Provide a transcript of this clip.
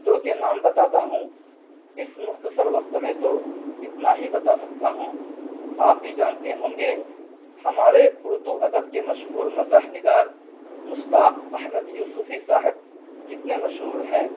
دو کے نام بتاتا ہوں اس مختصر وقت میں تو اتنا ہی بتا سکتا ہوں آپ بھی جانتے ہوں گے ہمارے اردو ادب کے مشہور مزاح نگار مشتاق احمد یوسفی صاحب کتنے مشہور ہیں